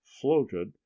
floated